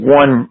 one